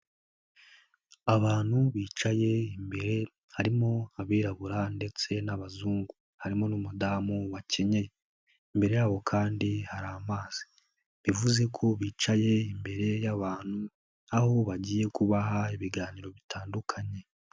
Abantu bicaye imbere harimo abirabura ndetse n'abazungu, harimo n'umudamu wakenye, imbere yabo kandi hari amazi, bivuze ko bicaye imbere y'abantu aho bagiye kubaha ibiganiro bitandukanye.